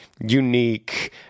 unique